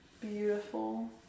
beautiful